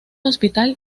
hospital